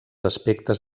aspectes